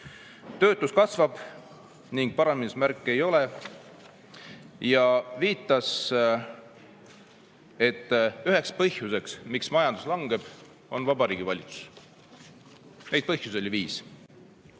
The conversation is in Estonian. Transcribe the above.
töötus kasvab ning paranemismärke ei ole. Ta viitas, et üheks põhjuseks, miks majandus langeb, on Vabariigi Valitsus. Põhjusi oli viis.